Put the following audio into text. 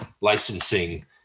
licensing